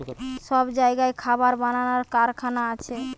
সব জাগায় খাবার বানাবার কারখানা আছে